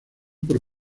por